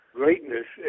greatness